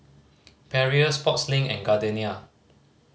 Perrier Sportslink and Gardenia